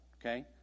okay